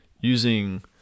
using